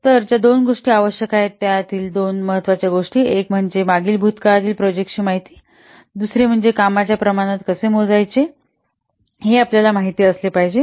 तर ज्या दोन गोष्टी आवश्यक आहेत त्यातील दोन महत्त्वाच्या गोष्टी एक म्हणजे मागील भूतकाळातील प्रोजेक्टांची माहिती दुसरे म्हणजे कामाच्या प्रमाणात कसे मोजायचे हे आपल्याला माहित असले पाहिजे